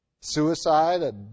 Suicide